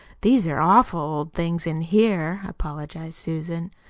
these are awful old things in here, apologized susan.